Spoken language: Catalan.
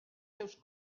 seus